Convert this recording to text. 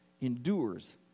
endures